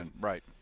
Right